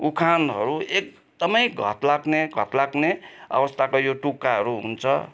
उखानहरू एकदमै घत लाग्ने घत लाग्ने अवस्थाको यो तुक्काहरू हुन्छ